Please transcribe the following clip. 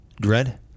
Dread